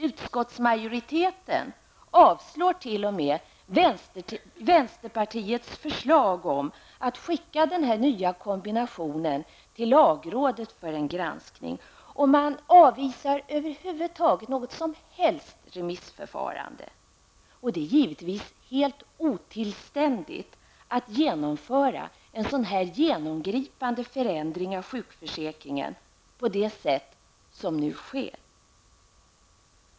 Utskottsmajoriteten avslår t.o.m. vänsterpartiets förslag om att skicka den nya kombinationen till lagrådet för en granskning, man avvisar över huvud taget något som helst remissförfarande. Det är givetvis helt otillständigt att genomföra en så genomgripande förändring av sjukförsäkringen på det sätt som nu sker.